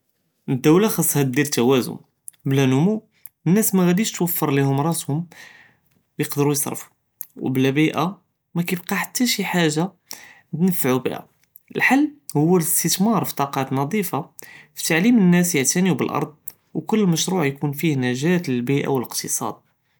אדדולה חצחה דיר תוואזן, בלא נמו אנאס מאגאדיש תופאר ליהם ראס'הם יקדראו יצרפו ו בלא ביאה מאקיבקע חתא שי חאג'ה יתנפעו ביה, אלחל הואא אלאיסטתמר פי טאקאת נדזיפה פי תעלים אנאס יעתנאו בלארד ו כל פרושק יקון פיה נג'ה ללביאה ו אלכלכל.